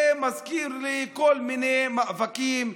זה מזכיר לי כל מיני מאבקים.